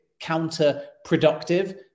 counterproductive